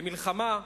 במלחמה,